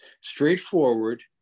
straightforward